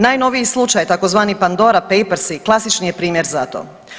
Najnoviji slučaj tzv. Pandora Papers klasični je primjer za to.